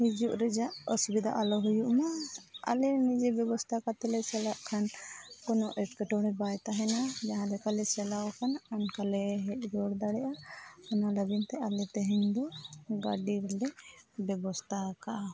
ᱦᱤᱡᱩᱜ ᱨᱮᱭᱟᱜ ᱚᱥᱩᱵᱤᱫᱷᱟ ᱟᱞᱚ ᱦᱩᱭᱩᱜ ᱢᱟ ᱟᱞᱮ ᱱᱤᱡᱮ ᱵᱮᱵᱚᱥᱛᱷᱟ ᱠᱟᱛᱮᱫ ᱞᱮ ᱪᱟᱞᱟᱜ ᱠᱷᱟᱱ ᱠᱳᱱᱳ ᱮᱴᱠᱮᱴᱚᱬᱮ ᱵᱟᱭ ᱛᱟᱦᱮᱱᱟ ᱡᱟᱦᱟᱸᱞᱮᱠᱟ ᱞᱮ ᱪᱟᱞᱟᱣ ᱟᱠᱟᱱᱟ ᱚᱱᱠᱟᱞᱮ ᱦᱮᱡᱽ ᱨᱩᱣᱟᱹᱲ ᱫᱟᱲᱮᱭᱟᱜᱼᱟ ᱚᱱᱟ ᱞᱟᱹᱜᱤᱫ ᱛᱮ ᱟᱞᱮ ᱛᱮᱦᱮᱧ ᱫᱚ ᱜᱟᱹᱰᱤ ᱞᱮ ᱵᱮᱵᱚᱥᱛᱷᱟ ᱟᱠᱟᱫᱼᱟ